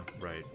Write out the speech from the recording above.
right